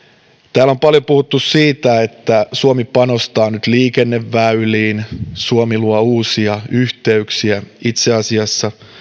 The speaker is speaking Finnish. täällä on paljon puhuttu siitä että suomi panostaa nyt liikenneväyliin suomi luo uusia yhteyksiä itse asiassa